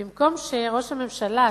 במקום שראש הממשלה,